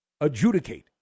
adjudicate